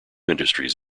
industries